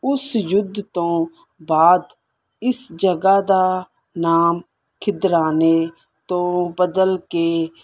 ਉਸ ਯੁੱਧ ਤੋਂ ਬਾਅਦ ਇਸ ਜਗ੍ਹਾ ਦਾ ਨਾਮ ਖਿਦਰਾਨੇ ਤੋ ਬਦਲ ਕੇ